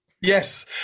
Yes